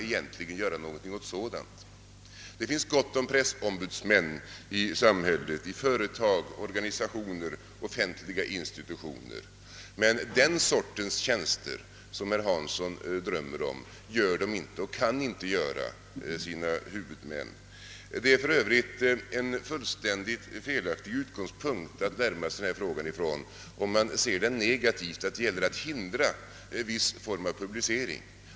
Vi har gott om pressombudsmän i samhället, i företag, organisationer och offentliga institutioner. Men den sortens tjänster som herr Hansson i Skegrie drömmer om kan de inte göra sina huvudmän. För övrigt är det en alldeles felaktig utgångspunkt att närma sig denna fråga från den negativa sidan, alltså som om det gäller att hindra en viss form av publicitet.